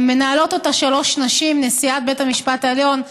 מנהלות אותה שלוש נשים: נשיאת בית המשפט העליון,